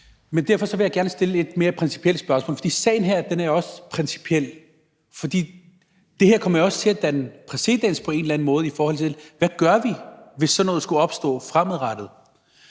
Men derfor vil jeg gerne stille et mere principielt spørgsmål, for sagen her er jo også principiel. Det her kommer jo også til at danne præcedens på en eller anden måde, i forhold til hvad vi gør, hvis sådan noget skulle opstå fremadrettet,